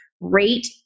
rate